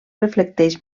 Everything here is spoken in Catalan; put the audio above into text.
reflecteix